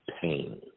pain